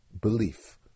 belief